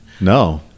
no